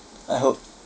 I hope